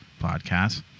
podcast